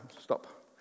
stop